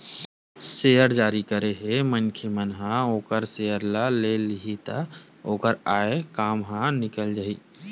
share जारी करे ले मनखे मन ह ओखर सेयर ल ले लिही त ओखर आय काम ह निकल जाही